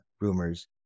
rumors